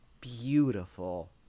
Beautiful